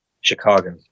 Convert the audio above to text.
Chicago